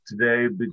today